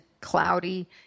cloudy